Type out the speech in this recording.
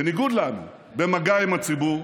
בניגוד לנו, במגע עם הציבור.